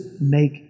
make